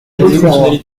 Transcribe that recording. rue